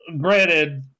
granted